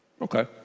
Okay